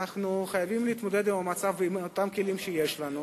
אנחנו חייבים להתמודד עם המצב בכלים שיש לנו,